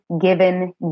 given